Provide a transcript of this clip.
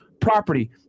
property